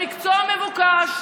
למקצוע מבוקש.